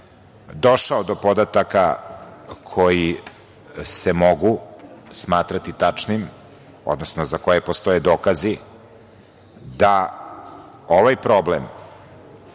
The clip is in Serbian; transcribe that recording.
došao do podataka koji se mogu smatrati tačnim, odnosno za koje postoje dokazi da ovaj problem